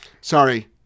Sorry